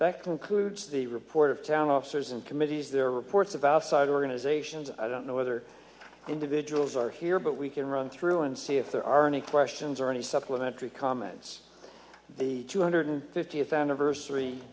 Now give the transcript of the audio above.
that concludes the report of town officers and committees there are reports of outside organizations i don't know whether individuals are here but we can run through and see if there are any questions or any supplementary comments the two hundred fiftieth anniversary